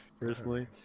Personally